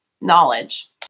knowledge